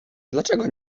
dlaczego